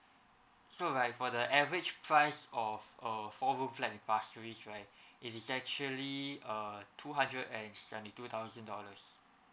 so like for the average price of a four room flat in pasir ris right it is actually err two hundred and seventy two thousand dollars